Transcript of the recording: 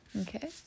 Okay